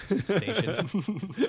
station